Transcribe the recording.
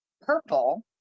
purple